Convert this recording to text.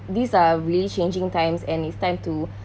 these are really changing times and it's time to